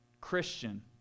Christian